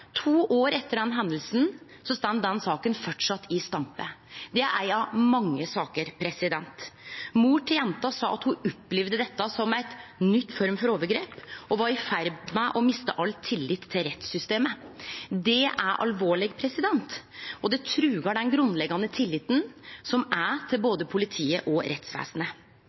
To år etter den hendinga står saka framleis i stampe. Det er ei av mange saker. Mor til jenta sa at ho opplevde dette som ei ny form for overgrep og var i ferd med å miste all tillit til rettssystemet. Det er alvorleg, og det trugar den grunnleggjande tilliten til både politiet og rettsvesenet.